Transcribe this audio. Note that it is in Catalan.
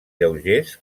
lleugers